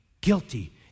Guilty